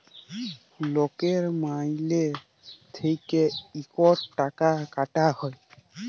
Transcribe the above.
লকের মাইলে থ্যাইকে ইকট টাকা কাটা হ্যয়